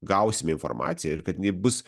gausime informaciją ir kad jinai bus